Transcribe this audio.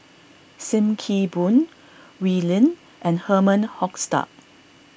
Sim Kee Boon Oi Lin and Herman Hochstadt